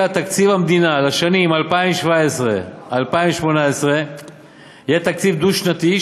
תקציב המדינה לשנים 2017 ו-2018 יהיה תקציב דו-שנתי,